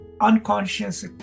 unconscious